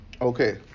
Okay